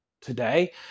today